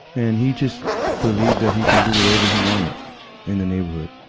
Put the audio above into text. and he just believed that he could do whatever he wanted in the neighborhood.